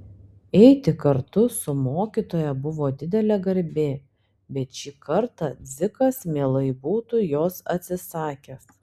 eiti kartu su mokytoja buvo didelė garbė bet šį kartą dzikas mielai būtų jos atsisakęs